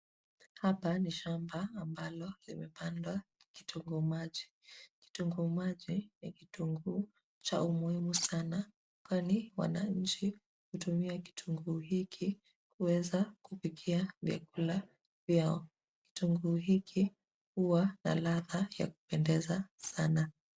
Hapa ni shamba ambalo limepandwa kitunguu maji. Kitunguu maji ni kitunguu cha umuhimu sana kwani wananchi hutumia kitunguu hiki kuweza kupikia vyakula vyao. Kitunguu hiki huwa na ladha ya kupendeza sana.